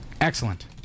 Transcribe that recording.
excellent